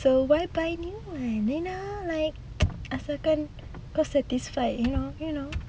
so why buy new one you know like asal kan kau satisfied you know you know